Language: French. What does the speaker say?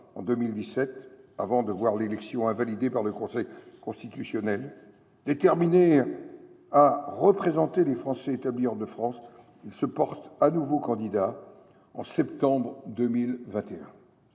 en 2017, avant de voir son élection invalidée par le Conseil constitutionnel. Déterminé à représenter les Français établis hors de France, il est réélu en septembre 2021